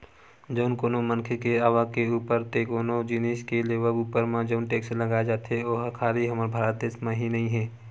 जउन कोनो मनखे के आवक के ऊपर ते कोनो जिनिस के लेवब ऊपर म जउन टेक्स लगाए जाथे ओहा खाली हमर भारत देस म ही नइ हे